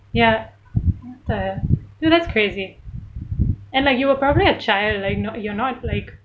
ya no that's crazy and like you were probably a child like not you're not like